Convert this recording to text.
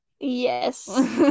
Yes